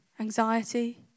Anxiety